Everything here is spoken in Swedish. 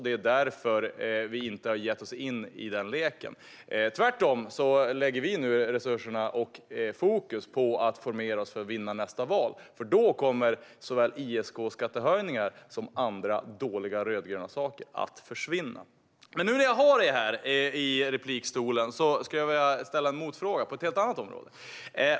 Det är därför vi inte har gett oss in i denna lek. Tvärtom lägger vi resurserna och fokus på att formera oss för att vinna nästa val, för då kommer såväl ISK-skattehöjningar som andra dåliga rödgröna saker att försvinna. Men nu när jag har Oscar Sjöstedt här i talarstolen för ett replikskifte skulle jag vilja ställa en motfråga på ett helt annat område.